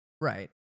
Right